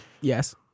yes